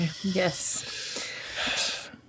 Yes